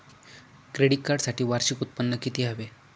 Credit कार्डसाठी वार्षिक उत्त्पन्न किती हवे?